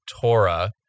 Torah